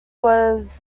was